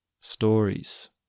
stories